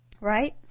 right